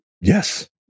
Yes